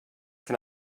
can